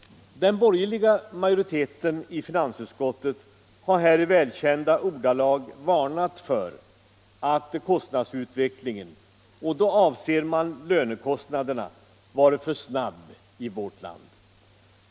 Den borgerliga majoriteten i finansutskottet har här i välkända ordalag varnat för att kostnadsutvecklingen — och då avser man lönekostnaderna — varit för snabb i vårt land.